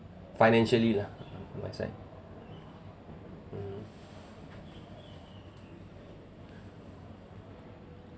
financially lah my side hmm